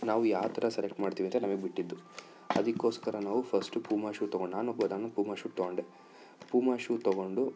ನಾವು ಯಾವ ಥರ ಸೆಲೆಕ್ಟ್ ಮಾಡ್ತೀವಿ ಅಂತ ನಮಿಗೆ ಬಿಟ್ಟಿದ್ದು ಅದಕ್ಕೋಸ್ಕರ ನಾವು ಫಸ್ಟ್ ಪೂಮ ಶೂ ತಗೊಂಡು ನಾನು ನಾನು ಪೂಮ ಶೂ ತಗೊಂಡೆ ಪೂಮ ಶೂ ತಗೊಂಡು